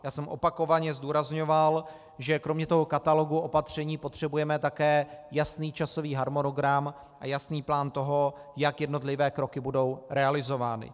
Já jsem opakovaně zdůrazňoval, že kromě katalogu opatření potřebujeme také jasný časový harmonogram a jasný plán toho, jak jednotlivé kroky budou realizovány.